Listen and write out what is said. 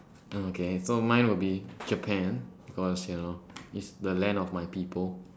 uh okay so mine will be Japan because you know it's the land of my people